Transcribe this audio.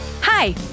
Hi